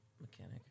mechanic